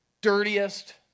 dirtiest